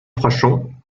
frachon